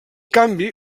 canvi